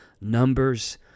numbers